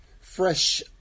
Fresh